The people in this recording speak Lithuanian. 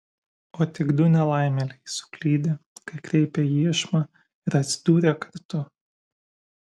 o tik du nelaimėliai suklydę kai kreipė iešmą ir atsidūrę kartu